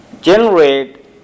generate